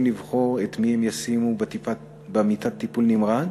לבחור את מי הם ישימו במיטת הטיפול הנמרץ,